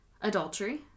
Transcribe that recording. Adultery